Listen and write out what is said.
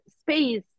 space